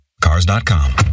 cars.com